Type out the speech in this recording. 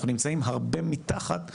אנחנו נמצאים הרבה מתחת ליעד,